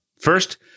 First